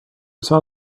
saw